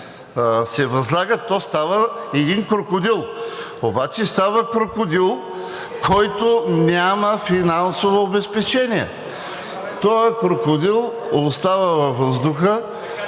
се възлагат, то става един крокодил, обаче става крокодил, който няма финансово обезпечение. Този крокодил остава във въздуха